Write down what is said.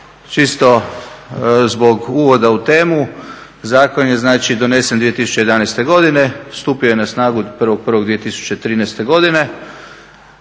čisto zbog uvoda u temu zakon je donešen 2011.godine, stupio je na snagu 1.1.2013.godine.